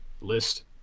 list